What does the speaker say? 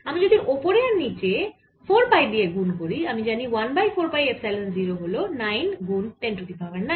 আমি যদি ওপরে আর নিচে 4 পাই দিয়ে গুন করি আমি জানি 1 বাই 4 পাই এপসাইলন 0 হল 9 গুন10 টু দি পাওয়ার 9